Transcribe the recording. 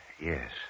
Yes